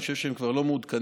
אני חושב שהם כבר לא מעודכנים.